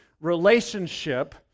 relationship